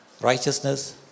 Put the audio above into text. righteousness